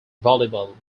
volleyball